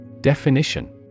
Definition